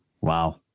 Wow